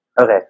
Okay